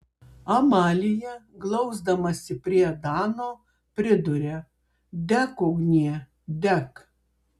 amalija glausdamasi prie dano priduria dek ugnie dek